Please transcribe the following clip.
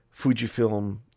Fujifilm